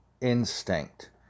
instinct